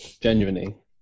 Genuinely